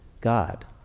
God